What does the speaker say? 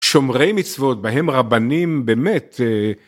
אני מנסה את הכלי בוא נראה אם עובד